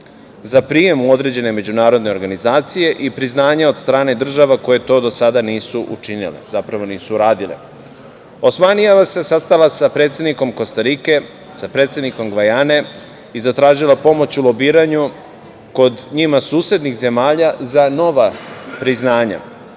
za prijem u određene međunarodne organizacije i priznanje od strane država koje to do sada nisu učinile. Osmanijeva se sastala sa predsednikom Kostarike, sa predsednikom Gvajane i zatražila pomoć u lobiranju kod njima susednih zemalja za nova priznanja,